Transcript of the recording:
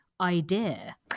idea